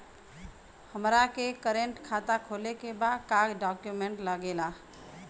हमारा के करेंट खाता खोले के बा का डॉक्यूमेंट लागेला?